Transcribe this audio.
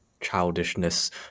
childishness